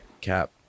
Cap